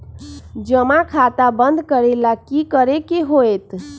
जमा खाता बंद करे ला की करे के होएत?